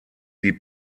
die